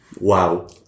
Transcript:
Wow